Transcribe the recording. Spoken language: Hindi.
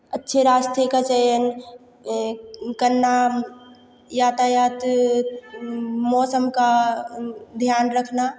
अच्छे रास्ते का चयन करना यातायात मौसम का ध्यान रखना